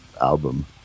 album